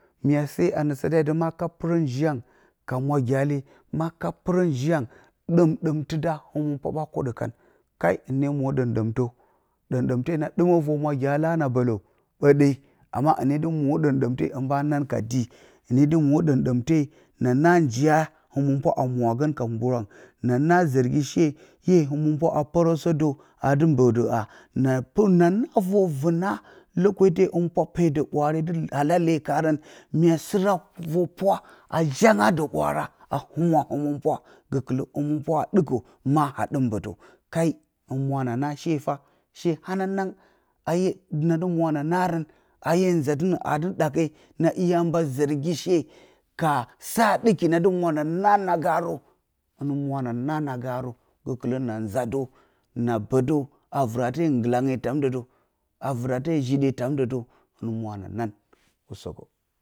Mya se a nə saa te a ti ma ka pɨrə njiyangɨn ka mwa diyale ma kat pɨrə njiyangɨn ɗəmɗəmtɨ də dəmən pwa ɓa kodəə kan kai dəmɗəmtə ɗəmɗəmte na ɗɨmə vər mwa ɗiyalə na bələ ɓəɗe amma hɨne dɨ mo ɗəmɗəmte hin ɓa nan ka dii hɨnə də mo ɗəmɗəmte na naa njiya həməpwa a mwagə ka mbwangɨ na naa zɨrgishe hoo həmənpwa a pɨrəsə də a dɨ bə də ha na pɨrə na naa vər vɨna lokati həmənpwa pe dataurn ɓwaare də alale karən nya sɨra vər pwa a janga də ɓwaara a humwa həməpwa gəkələ həməpwa a ɗɨkə ma a ɗɨm mbətə kai hɨn mwo na naa she fah she hananang a ye na dɨ mwo na narən a ye nzatɨnə a dɨ na iya a mba zɨrgi she ka sa dɨki na dɨ mwo na na garə hɨ mwo na na garə gəkələ na a nza də na bə də a vɨrate nggɨlange tamdə də a vərate jiɗe tamdə də hɨ mwo na nan usəkə.